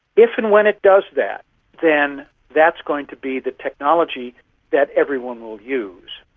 if and when it does that then that's going to be the technology that everyone will use.